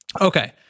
Okay